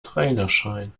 trainerschein